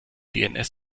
dns